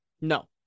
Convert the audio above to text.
No